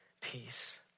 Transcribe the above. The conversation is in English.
peace